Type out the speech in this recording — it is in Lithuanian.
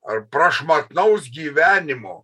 ar prašmatnaus gyvenimo